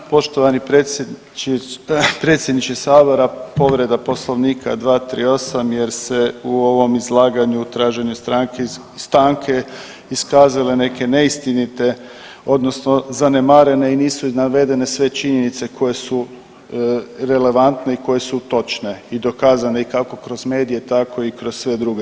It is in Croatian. Poštovani predsjedniče Sabora, povreda Poslovnika 238. jer se u ovom izlaganju traženje stanke iskazale neke neistinite odnosno zanemarene i nisu navedene sve činjenice koje su relevantne i koje su točne i dokazane i kako kroz medije, tako i kroz sve druge.